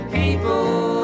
people